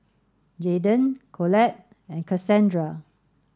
Jaeden Collette and Kassandra